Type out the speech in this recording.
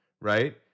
Right